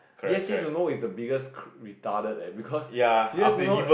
yes change to no is the biggest retarded leh because because do not